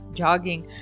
jogging